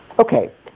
Okay